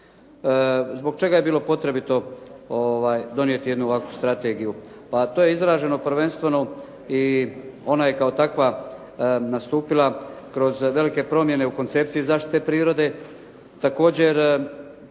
Zbog čega je bilo potrebito donijeti jednu ovakvu strategiju?